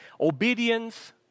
Obedience